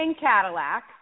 Cadillac